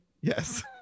Yes